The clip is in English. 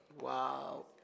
Wow